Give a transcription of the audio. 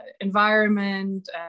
environment